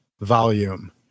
volume